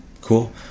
Cool